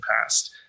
past